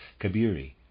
Kabiri